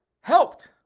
helped